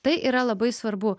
tai yra labai svarbu